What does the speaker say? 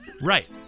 Right